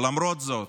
למרות זאת,